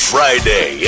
Friday